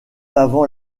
avant